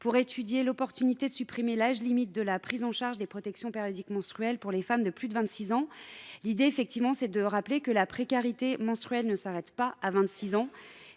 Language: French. vue d’étudier l’opportunité de supprimer l’âge limite de la prise en charge des protections périodiques menstruelles pour les femmes de plus de 26 ans. En effet, la précarité menstruelle ne s’arrête pas à 26 ans.